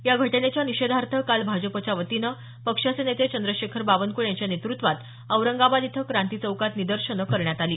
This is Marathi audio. या घटनेच्या निषेधार्थ काल भाजपच्या वतीनं पक्षाचे नेते चंद्रशेखर बानवकुळे यांच्या नेतृत्वात औरंगाबाद इथं क्रांती चौकात निदर्शन करण्यात आली